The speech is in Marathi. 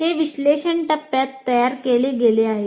हे विश्लेषण टप्प्यात तयार केले गेले आहे